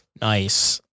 Nice